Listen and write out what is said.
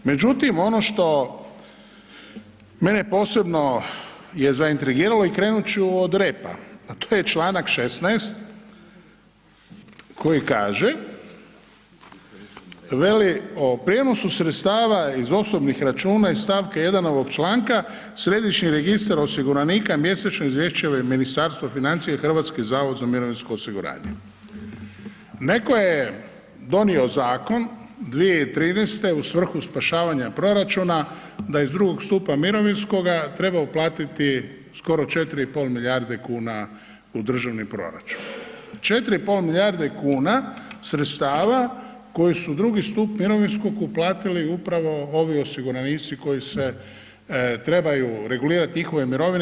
Međutim, ono što mene posebno je zaintrigiralo i krenut ću od repa, a to je čl. 16. koji kaže, veli „O prijenosu sredstava iz osobnih računa iz st. 1. ovog članka središnji registar osiguranika mjesečno izvješćuje Ministarstvo financija i HZMO.“ Neko je donio zakon 2013. u svrhu spašavanja proračuna da iz II. stupa mirovinskoga treba uplatiti skoro 4,5 milijarde kuna u državni proračun, 4,5 milijarde kuna sredstava koji su u II. stup mirovinskog uplatili upravo ovi osiguranici koji se trebaju regulirat njihove mirovine.